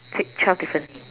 twe~ twelve different